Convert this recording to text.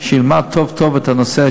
שילמד טוב טוב את הנושא,